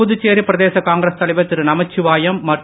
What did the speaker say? புதுச்சேரி பிரதேச காங்கிரஸ் தலைவர் திரு நமச்சிவாயம் மற்றும்